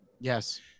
yes